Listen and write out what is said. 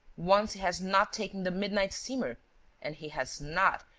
once he has not taken the midnight steamer and he has not,